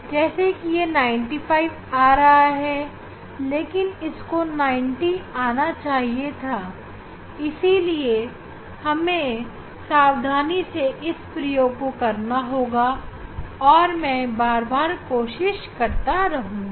जैसे कि यह 95 आ रहा है लेकिन इसको 90 आना चाहिए था इसीलिए हमें बड़ी सावधानी से इस प्रयोग करना होगा और मैं बार बार कोशिश करता रहूंगा